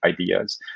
ideas